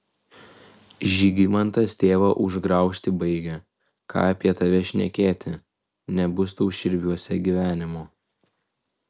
žygimantas tėvą užgraužti baigia ką apie tave šnekėti nebus tau širviuose gyvenimo